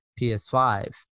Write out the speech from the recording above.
ps5